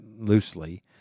loosely